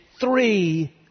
three